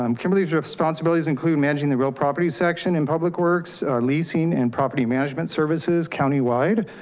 um kimberly's responsibilities include managing the real property section in public works, leasing and property management services county-wide.